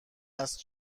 است